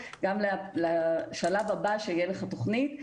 גם לשלב הבא שיהיה לך תוכנית.